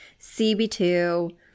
CB2